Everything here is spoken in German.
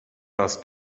das